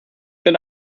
bin